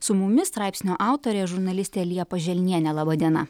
su mumis straipsnio autorė žurnalistė liepa želnienė laba diena